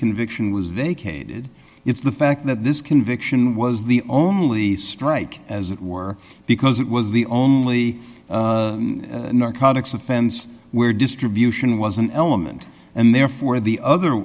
conviction was vacated it's the fact that this conviction was the only strike as it were because it was the only narcotics offense where distribution was an element and therefore the other